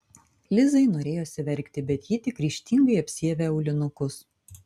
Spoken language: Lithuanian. lizai norėjosi verkti bet ji tik ryžtingai apsiavė aulinukus